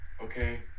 Okay